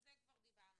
זה כבר דיברנו.